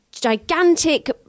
gigantic